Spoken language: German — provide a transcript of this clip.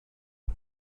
man